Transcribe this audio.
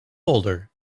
older